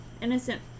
innocent